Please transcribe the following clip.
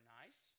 nice